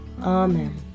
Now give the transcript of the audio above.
Amen